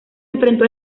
enfrentó